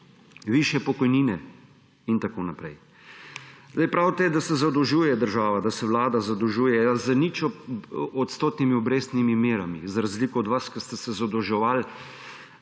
Višje pokojnine in tako naprej. Pravite, da se zadolžuje država, da se Vlada zadolžuje – ja, z ničodstotnimi obrestnimi merami, za razliko od vas, ki ste se zadolževali